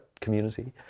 community